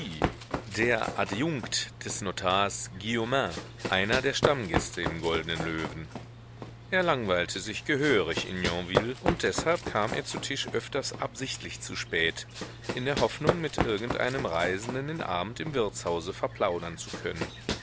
der adjunkt des notars guillaumin einer der stammgäste im goldnen löwen er langweilte sich gehörig in yonville und deshalb kam er zu tisch öfters absichtlich zu spät in der hoffnung mit irgendeinem reisenden den abend im wirtshause verplaudern zu können